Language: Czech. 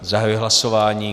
Zahajuji hlasování.